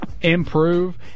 improve